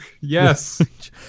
Yes